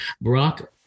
brock